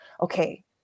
okay